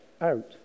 out